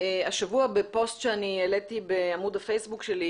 השבוע בפוסט שאני העליתי בעמוד הפייסבוק שלי,